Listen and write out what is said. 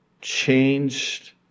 changed